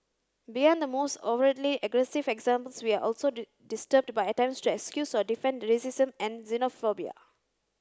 beyond the most overtly aggressive examples we are also disturbed by attempts to excuse or defend racism and xenophobia